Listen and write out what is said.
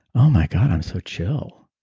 oh, my god, i'm so chill.